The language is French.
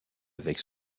avec